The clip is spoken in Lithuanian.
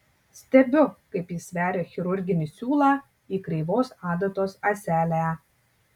stebiu kaip jis veria chirurginį siūlą į kreivos adatos ąselę